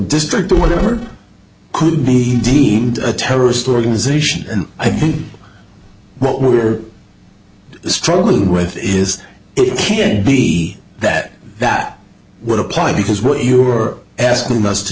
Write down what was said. district or whatever could be deemed a terrorist organization and i think what we're struggled with is it can be that that would apply because what you are asking us to